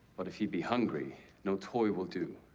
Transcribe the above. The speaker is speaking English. but if he be hungry, no toy will do.